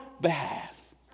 behalf